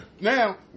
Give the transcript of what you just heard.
Now